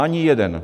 Ani jeden.